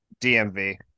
DMV